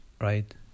right